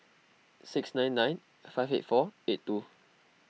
six nine nine five eight four eight two